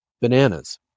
Bananas